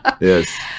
Yes